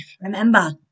Remember